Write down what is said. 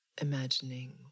imagining